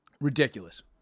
Ridiculous